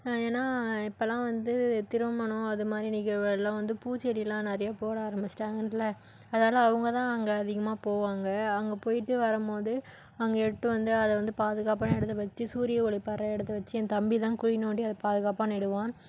ஏனா இப்போலாம் வந்து திருமணம் அது மாதிரி நிகழ்வு எல்லாம் வந்து பூச்செடிலாம் நிறையா போட ஆரமிஷ்டாங்கன்ட்ல அதனால் அவங்க தான் அங்கே அதிகமாக போவாங்க அங்கே போய்விட்டு வரம்மோது அங்கே இட்த்து வந்த அதை வந்து பாதுகாப்பான இடத்துல வச்சி சூரிய ஒளி படற இடத்த வச்சி என் தம்பி தான் குழி நோண்டி அதை பாதுகாப்பாக நடுவான்